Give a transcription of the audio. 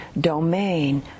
domain